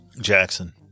Jackson